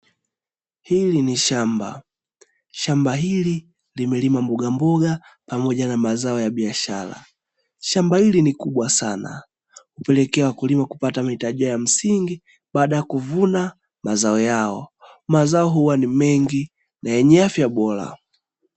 Hili ni shamba, shamba hili limelimwa mbogamboga pamoja na mazao ya biashara, shamba hili ni kubwa sana hupelekea wakulima kupata mahitaji yao ya msingi baada ya kuvuna mazao yao, mazao huwa ni mengi na yenye afya bora.